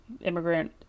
immigrant